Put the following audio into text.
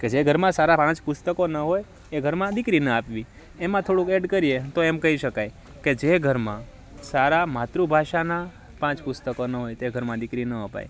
કે જે ઘરમાં સારા પાંચ પુસ્તકો ન હોય એ ઘરમાં દીકરી ના આપવી એમાં થોડુંક એડ કરીએ તો એમ કહી શકાય કે જે ઘરમાં સારા માતૃભાષાનાં પાંચ પુસ્તકો ન હોય તે ઘરમાં દીકરી ન અપાય